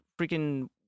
freaking